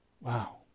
Wow